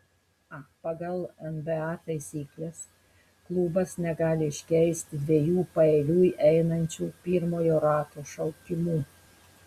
pagal nba taisykles klubas negali iškeisti dviejų paeiliui einančių pirmojo rato šaukimų